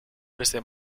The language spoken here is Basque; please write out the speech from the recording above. beste